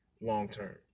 long-term